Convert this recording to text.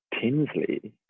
Tinsley